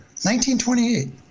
1928